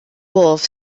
wolf